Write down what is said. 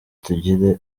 tugira